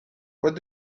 what